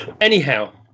Anyhow